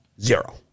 Zero